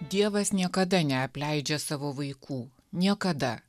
dievas niekada neapleidžia savo vaikų niekada